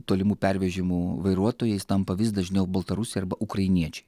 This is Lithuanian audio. tolimų pervežimų vairuotojais tampa vis dažniau baltarusiai arba ukrainiečiai